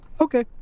okay